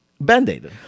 Band-Aid